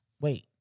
wait